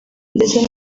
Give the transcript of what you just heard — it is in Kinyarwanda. ndetse